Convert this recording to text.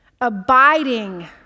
abiding